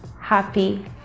happy